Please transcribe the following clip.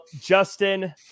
Justin